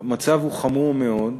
המצב חמור מאוד,